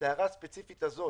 לגבי ההערה הספציפית הזאת